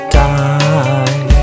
die